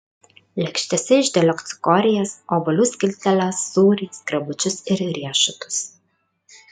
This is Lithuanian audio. lėkštėse išdėliok cikorijas obuolio skilteles sūrį skrebučius ir riešutus